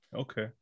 Okay